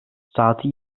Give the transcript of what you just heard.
saati